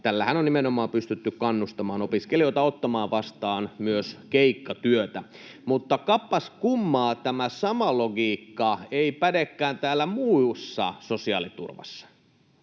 tällähän on nimenomaan pystytty kannustamaan opiskelijoita ottamaan vastaan myös keikkatyötä. Mutta kappas kummaa, tämä sama logiikka ei pädekään muussa sosiaaliturvassa.